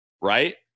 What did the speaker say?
right